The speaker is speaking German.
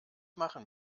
machen